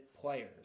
players